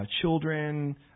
children